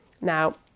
Now